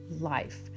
life